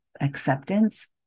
acceptance